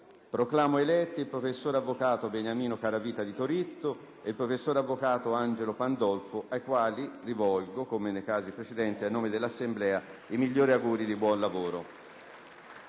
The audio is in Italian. Proclamo eletti il professor avvocato l'avvocato Beniamino Caravita di Toritto e il professor avvocato Angelo Pandolfo, ai quali rivolgo, a nome dell'Assemblea, i migliori auguri di buon lavoro.